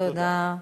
תודה.